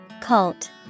Cult